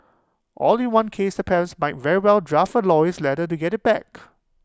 all in one case the parents might very well draft A lawyers letter to get IT back